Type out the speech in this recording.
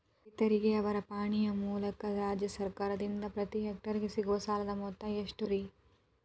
ರೈತರಿಗೆ ಅವರ ಪಾಣಿಯ ಮೂಲಕ ರಾಜ್ಯ ಸರ್ಕಾರದಿಂದ ಪ್ರತಿ ಹೆಕ್ಟರ್ ಗೆ ಸಿಗುವ ಸಾಲದ ಮೊತ್ತ ಎಷ್ಟು ರೇ?